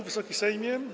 Wysoki Sejmie!